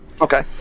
Okay